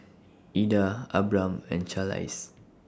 Eda Abram and Charlize